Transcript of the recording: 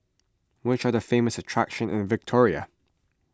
which are the famous attractions in Victoria